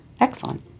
Excellent